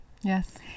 Yes